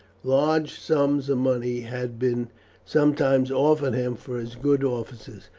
large sums of money had been sometimes offered him for his good offices,